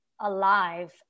alive